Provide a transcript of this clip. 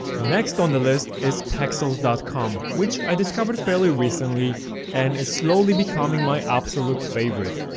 next on the list is pexels dot com which i discovered fairly recently and is slowly becoming my absolute favorite.